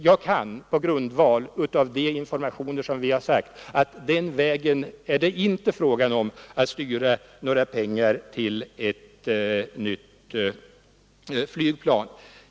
Jag kan på grundval av de informationer vi fått säga att det inte är fråga om att på den vägen styra några pengar till framtagande av ett nytt flygplan.